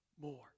more